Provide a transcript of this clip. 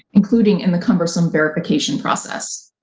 including in the cumbersome verification process.